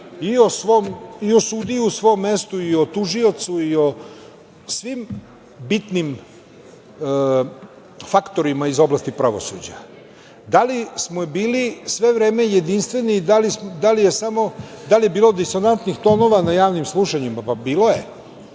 i o sudiji u svom mestu, i u tužiocu i o svim bitnim faktorima iz oblasti pravosuđa. Da li smo bili sve vreme jedinstveni i da li je bilo disonantnih tonova na javnim slušanjima? Bilo je.